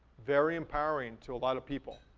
very empowering to a lot of people.